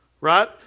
right